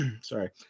sorry